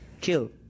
kill